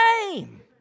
name